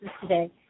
today